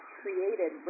created